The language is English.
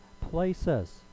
places